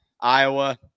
Iowa